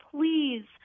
please